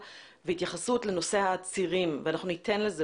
והתייחסות לנושא העצירים ואנחנו נעשה זאת,